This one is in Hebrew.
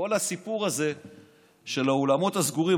כל הסיפור הזה של האולמות הסגורים,